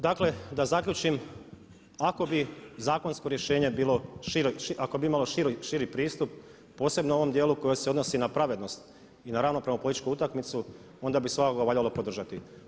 Dakle da zaključim, ako bi zakonsko rješenje bilo, ako bi imalo širi pristup posebno u ovom dijelu koji se odnosi na pravednost i na ravnopravnu političku utakmicu onda bi svakako valjalo podržati.